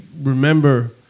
remember